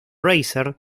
racer